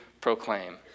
proclaim